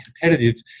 competitive